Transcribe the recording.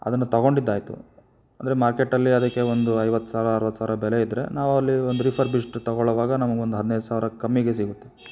ಅದನ್ನು ತಗೊಂಡಿದ್ದಾಯಿತು ಅಂದರೆ ಮಾರ್ಕೆಟ್ಟಲ್ಲಿ ಅದಕ್ಕೆ ಒಂದು ಐವತ್ತು ಸಾವಿರ ಅರವತ್ತು ಸಾವಿರ ಬೆಲೆ ಇದ್ದರೆ ನಾವಲ್ಲಿ ಒಂದು ರಿಫರ್ಬಿಶ್ಡ್ ತಗೊಳ್ಳೊವಾಗ ನಮ್ಗೊಂದು ಹದಿನೈದು ಸಾವಿರಕ್ಕೆ ಕಮ್ಮಿಗೆ ಸಿಗುತ್ತೆ